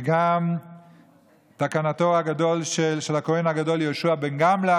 וגם תקנתו של הכהן הגדול יהושע בן גמלא.